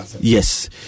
Yes